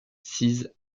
sise